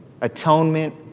atonement